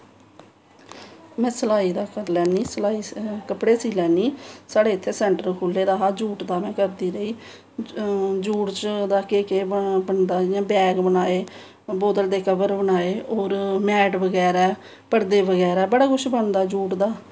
में सलाई दा करी लैन्नी सलाई कपड़े सीऽ लैन्नी साढ़े इत्थें सेंटर खु'ल्ले दा हा जूट दा में करदी रेही जूट दा केह् केह् बनदा इ'यां बैग बनाए बोतल दे कवर बनाए होर मैट बगैरा पर्दे बगैरा बड़ा कुछ बनदा जूट दा